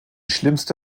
schlimmste